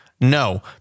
No